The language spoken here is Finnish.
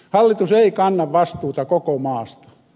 hallitus ei kanna vastuuta koko maasta